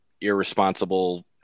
irresponsible